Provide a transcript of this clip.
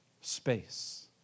space